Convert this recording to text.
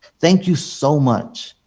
thank you so much.